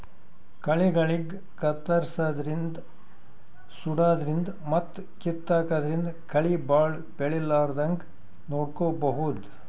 ಕಳಿಗಳಿಗ್ ಕತ್ತರ್ಸದಿನ್ದ್ ಸುಡಾದ್ರಿನ್ದ್ ಮತ್ತ್ ಕಿತ್ತಾದ್ರಿನ್ದ್ ಕಳಿ ಭಾಳ್ ಬೆಳಿಲಾರದಂಗ್ ನೋಡ್ಕೊಬಹುದ್